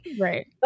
Right